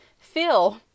feel